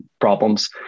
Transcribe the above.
problems